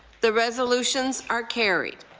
the resolutions are carried.